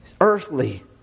Earthly